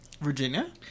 Virginia